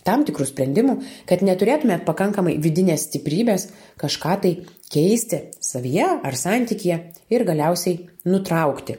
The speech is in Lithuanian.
tam tikrų sprendimų kad neturėtumėt pakankamai vidinės stiprybės kažką tai keisti savyje ar santykyje ir galiausiai nutraukti